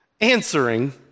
answering